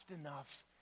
enough